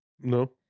No